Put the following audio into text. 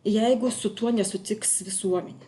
jeigu su tuo nesutiks visuomenė